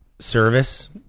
service